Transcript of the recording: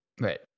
Right